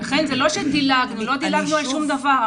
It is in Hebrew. לכן זה לא שדילגנו, לא דילגנו על שום דבר.